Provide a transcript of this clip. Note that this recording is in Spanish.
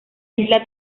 isla